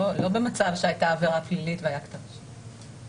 לא במצב שהייתה עבירה פלילית והיה כתב אישום.